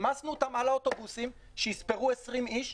העמסנו אותם על האוטובוסים שיספרו 20 איש,